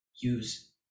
use